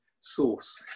source